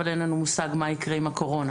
אבל אין לנו מושג מה יקרה עם הקורונה.